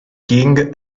king